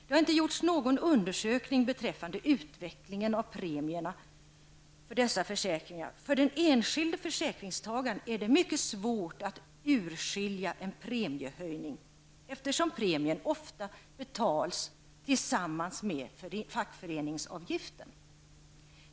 Det har inte gjorts någon undersökning beträffande utvecklingen av premierna för dessa försäkringar. För den enskilde försäkringstagaren är det mycket svårt att urskilja en premiehöjning, eftersom premien ofta betalas tillsammans med fackföreningsavgiften.